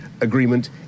Agreement